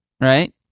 right